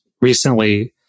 recently